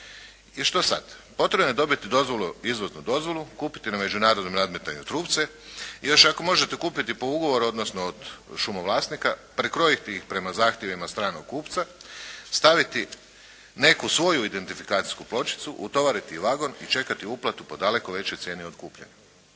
I što sad? Potrebno je dobiti dozvolu, izvoznu dozvolu, kupiti na međunarodnom nadmetanju trupce i još ako možete kupiti po ugovoru odnosno od šumovlasnika, prekrojiti ih prema zahtjevima stranog kupca, staviti neku svoju identifikacijsku pločicu, utovariti u vagon i čekati uplatu po daleko većoj cijeni od kupljene.